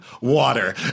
Water